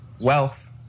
wealth